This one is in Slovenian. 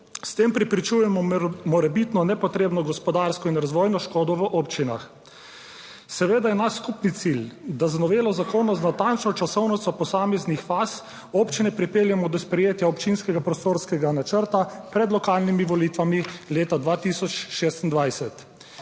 S tem preprečujemo morebitno nepotrebno gospodarsko in razvojno škodo v občinah. Seveda je naš skupni cilj, da z novelo zakona z natančno časovnico posameznih faz občine pripeljemo do sprejetja Občinskega prostorskega načrta pred lokalnimi volitvami leta 2026.